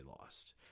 lost